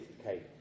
Okay